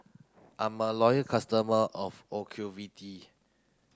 I'm a loyal customer of Ocuvite